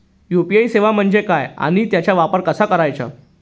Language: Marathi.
यू.पी.आय सेवा म्हणजे काय आणि त्याचा वापर कसा करायचा?